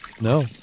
No